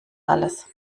alles